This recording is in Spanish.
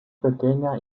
pequeña